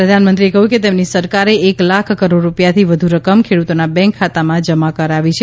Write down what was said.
પ્રધાનમંત્રીએ કહ્યુંકે તેમની સરકારે એક લાખ કરોડ રૂપિયાથી વધુ રકમ ખેડૂતોનાં બેંક ખાતામાં જમા કરાવી છે